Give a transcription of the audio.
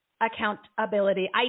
Accountability